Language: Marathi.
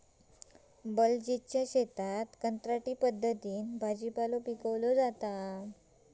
बलजीतच्या शेतात कंत्राटी पद्धतीन भाजीपालो पिकवलो जाता